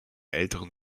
älteren